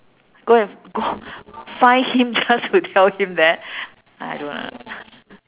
go and go find him just to tell him that I don't want ah